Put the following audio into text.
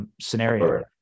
Scenario